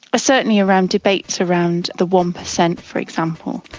ah certainly around debates around the one percent for example.